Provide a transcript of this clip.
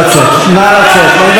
חבר הכנסת מסעוד גנאים,